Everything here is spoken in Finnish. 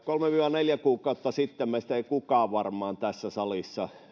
neljä kuukautta sitten meistä ei kukaan varmaan tässä salissa